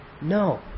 No